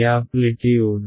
amplitude